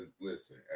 Listen